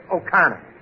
O'Connor